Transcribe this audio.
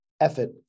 Effort